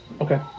okay